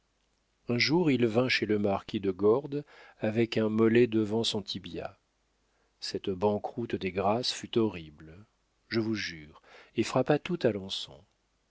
un jour il vint chez le marquis de gordes avec un mollet devant son tibia cette banqueroute des grâces fut horrible je vous jure et frappa tout alençon ce